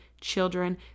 children